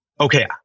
okay